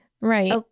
right